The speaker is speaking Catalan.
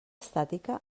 estàtica